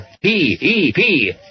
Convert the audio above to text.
P-E-P